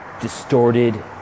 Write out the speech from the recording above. distorted